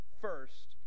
first